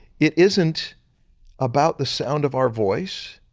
it isn't about the sound of our voice,